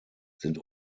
sind